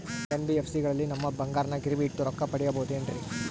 NBFC ಗಳಲ್ಲಿ ನಮ್ಮ ಬಂಗಾರನ ಗಿರಿವಿ ಇಟ್ಟು ರೊಕ್ಕ ಪಡೆಯಬಹುದೇನ್ರಿ?